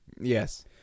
Yes